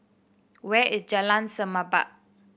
where is Jalan Semerbak